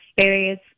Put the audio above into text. various